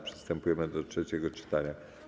Przystępujemy do trzeciego czytania.